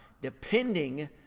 depending